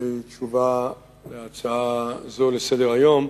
בתשובה על ההצעה הזאת לסדר-היום.